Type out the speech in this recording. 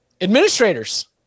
administrators